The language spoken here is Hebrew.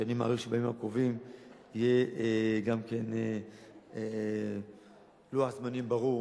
ואני מעריך שבימים הקרובים יהיה גם לוח זמנים ברור